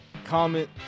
comment